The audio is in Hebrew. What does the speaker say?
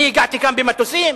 אני הגעתי לכאן במטוסים?